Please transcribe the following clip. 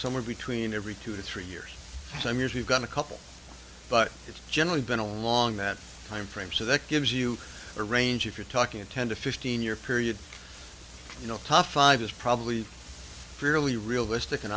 somewhere between every two to three years so i mean if you've got a couple but it's generally been along that timeframe so that gives you a range if you're talking a ten to fifteen year period you know top five is probably fairly realistic an